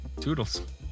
toodles